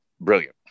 brilliant